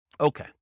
Okay